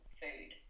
food